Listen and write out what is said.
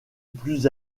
plus